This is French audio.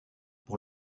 pour